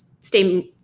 stay